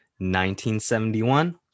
1971